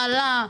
מה עלה.